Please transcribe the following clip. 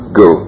go